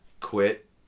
quit